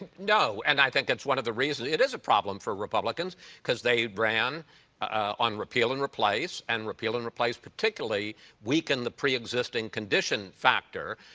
no, and i think that's one of the reasons it is a problem for republicans because they they ran on repeal and replace, and repeal and replace particularly weakened the pre-existing condition factor,